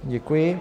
Děkuji.